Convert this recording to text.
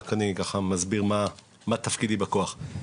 אני רק מסביר מה תפקידי בכוח.